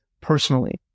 personally